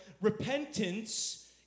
Repentance